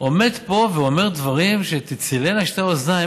עומד פה ואומר דברים שתצילנה שתי האוזניים.